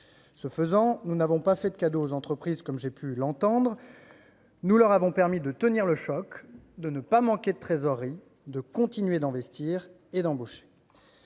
Ce faisant, nous n'avons pas fait de cadeaux aux entreprises, comme j'ai pu l'entendre : nous leur avons permis de tenir le choc, de ne pas manquer de trésorerie, de continuer d'investir et d'embaucher.